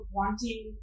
wanting